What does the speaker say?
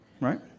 Right